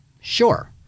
Sure